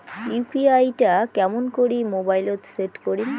UPI টা কেমন করি মোবাইলত সেট করিম?